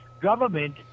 government